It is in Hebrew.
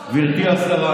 גברתי השרה,